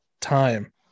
time